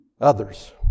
others